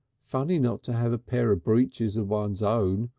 funny not to have a pair of breeches of one's own.